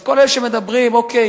אז כל אלה שאומרים: אוקיי,